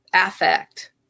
affect